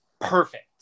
perfect